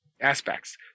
aspects